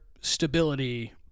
stability